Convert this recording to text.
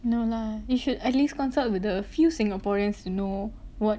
no lah you should at least consult with a few singaporeans to know [what]